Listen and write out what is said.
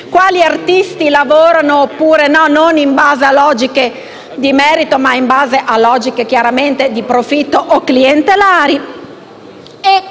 quali artisti lavorano, o non lavorano, non in base a logiche di merito, ma in base a logiche di profitto o clientelari.